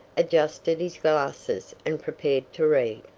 adjusted his glasses and prepared to read.